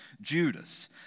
Judas